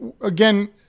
again